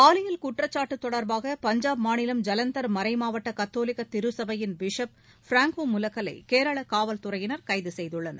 பாலியல் குற்றச்சாட்டு தொடர்பாக பஞ்சாப் மாநிலம் ஐலந்தர் மறை மாவட்ட கத்தோலிக்க திருச்சபையின் பிஷப் பிராங்கோ முலக்கல் லை கேரள காவல்துறையினர் கைது செய்துள்ளனர்